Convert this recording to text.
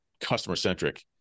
customer-centric